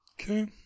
okay